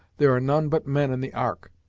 there are none but men in the ark.